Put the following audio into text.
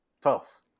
tough